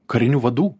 karinių vadų